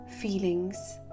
feelings